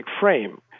frame